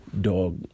Dog